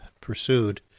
pursued